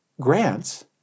grants